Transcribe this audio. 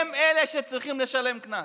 הם אלה שצריכים לשלם קנס,